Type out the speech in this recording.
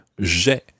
J'ai